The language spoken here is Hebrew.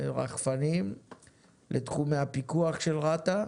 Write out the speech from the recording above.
רחפנים לתחומי הפיקוח של רת"א.